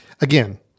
again